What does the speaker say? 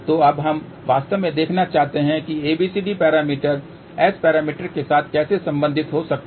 तो अब हम वास्तव में देखना चाहते हैं कि ABCD पैरामीटर S पैरामीटर के साथ कैसे संबंधित हो सकते हैं